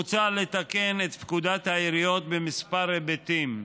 מוצע לתקן את פקודת העיריות בכמה היבטים: